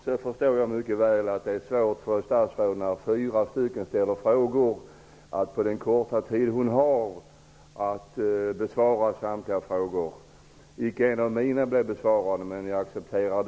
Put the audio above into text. Jag förstår mycket väl att det är svårt för statsrådet att med den korta tid hon har till sitt förfogande besvara samtliga frågor från fyra ledamöter. Icke heller mina frågor blev besvarade, vilket jag accepterar.